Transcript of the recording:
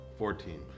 Fourteen